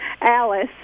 Alice